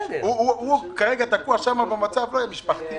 הוא כרגע תקוע שם בשל עניין משפחתי,